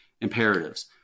imperatives